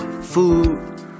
food